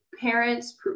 parents